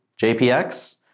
JPX